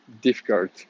difficult